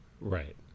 Right